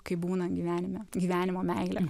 kaip būna gyvenime gyvenimo meilę